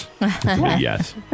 Yes